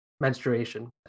Menstruation